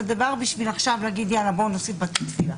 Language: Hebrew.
בשביל להגיד "יאללה, בואו נוסיף עכשיו בתי תפילה".